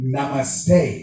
Namaste